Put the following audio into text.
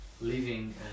living